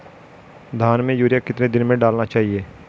धान में यूरिया कितने दिन में डालना चाहिए?